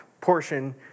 portion